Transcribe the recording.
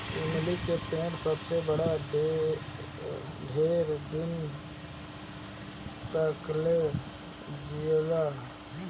इमली के पेड़ सबसे ढेर दिन तकले जिएला